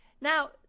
Now